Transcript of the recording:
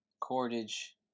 cordage